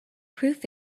proof